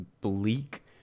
bleak